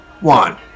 One